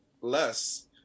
Less